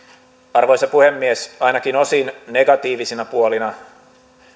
arvoisa puhemies ainakin osin negatiivisina puolina